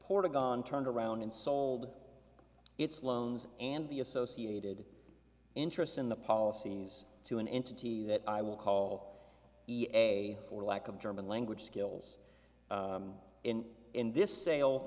a gone turned around and sold its loans and the associated interest in the policies to an entity that i will call a for lack of german language skills and in this sale